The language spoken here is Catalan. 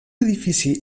edifici